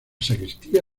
sacristía